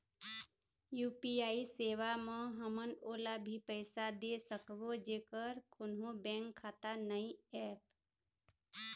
UPI सेवा म हमन ओला भी पैसा दे सकबो जेकर कोन्हो बैंक खाता नई ऐप?